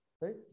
right